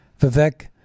Vivek